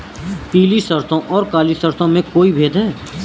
पीली सरसों और काली सरसों में कोई भेद है?